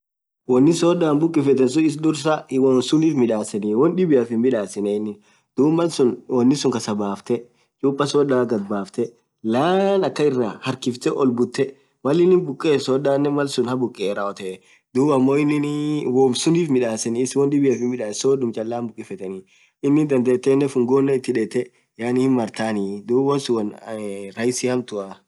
Wonni sodhan bhukifethen sunen issi dhursaa unisunif midhaseni won dhibiaf hin midhaseni dhub Mal sunn wonisun khasa bafthe chuppa sodhaa ghad baftee laan akhan iraah harkhifthee Mal inin bukethuu malsun haaa bhukeee rawotheee dhub ammo innin woomm sunnif midhaseni issi won dhibiaf sodhum Chalan bhukifetheni innin dhadhetheni funguo ith hidhethe hinn marhani dhu wonsunn ee rahisi hamtua